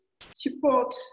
support